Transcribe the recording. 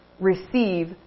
receive